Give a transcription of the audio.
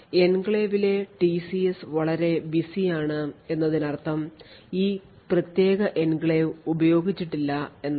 എൻക്ലേവിലെ ടിസിഎസ് വളരെ busy ആണ് എന്നതിനർത്ഥം ഈ പ്രത്യേക എൻക്ലേവ് ഉപയോഗിച്ചിട്ടില്ല എന്നാണ്